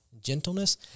gentleness